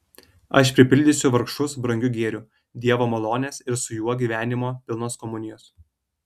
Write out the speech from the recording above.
aš pripildysiu vargšus brangiu gėriu dievo malonės ir su juo gyvenimo pilnos komunijos